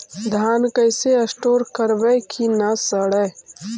धान कैसे स्टोर करवई कि न सड़ै?